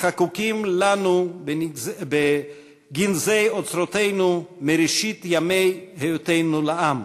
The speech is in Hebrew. החקוקים לנו בגנזי אוצרותינו מראשית ימי היותנו לעם.